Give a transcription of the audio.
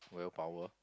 willpower